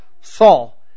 Saul